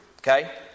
Okay